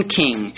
king